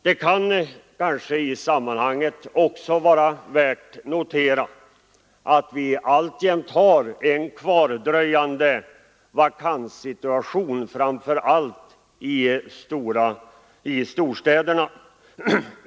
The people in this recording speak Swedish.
Det kan i sammanhanget kanske också vara värt notera att vi alltjämt har en kvardröjande vakantsituation, framför allt i storstäderna.